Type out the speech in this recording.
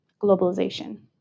globalization